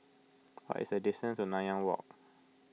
what is the distance to Nanyang Walk